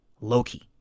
Loki